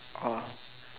uh